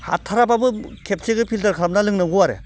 हाथाराबाबो खेबसेखौ फिल्टार खालामना लोंनागौ आरो